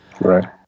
Right